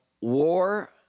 war